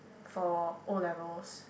for O-levels